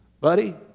Buddy